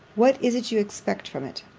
what is it you expect from it!